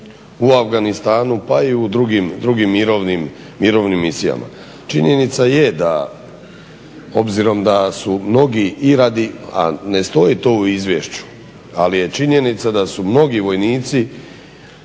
u Afganistanu, pa i u drugim mirovnim misijama. Činjenica je da obzirom da su mnogi i radi, a ne stoji to u izvješću, ali je činjenica da su mnogi vojnici